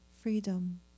freedom